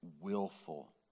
willful